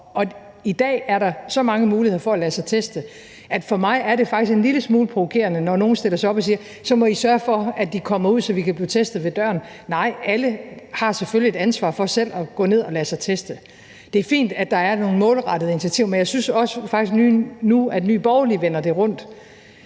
I dag er der så mange muligheder for at lade sig teste, at det for mig faktisk er en lille smule provokerende, når nogen stiller sig op og siger: Så må I sørge for, at de komme ud til os, så vi kan blive testet ved døren. Nej, alle har selvfølgelig et ansvar for selv at gå ned og lade sig teste. Det er fint, at der er nogle målrettede initiativer, men jeg synes faktisk også, at Nye Borgerlige nu vender det rundt.